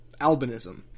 albinism